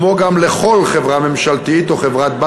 כמו גם לכל חברה ממשלתית או לחברה-בת